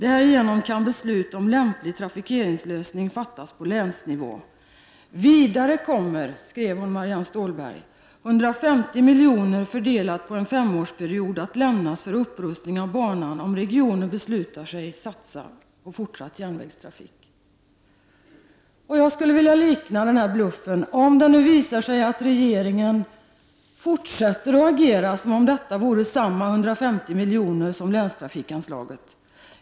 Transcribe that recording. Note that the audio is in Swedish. Därigenom kan beslut om lämplig trafikeringslösning fattas på länsnivå. Vidare kommer 150 milj.kr. fördelat på en femårsperiod att lämnas för upprustning av banan om regionen beslutar satsa på fortsatt järnvägstrafik.” Man kan tala om en bluff om regeringen fortsätter att agera som om de 150 miljonerna är detsamma som länstrafikanslaget.